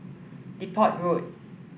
Depot Road